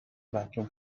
vacuum